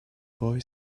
boy